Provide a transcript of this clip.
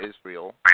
Israel